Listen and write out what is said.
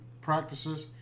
practices